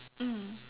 mm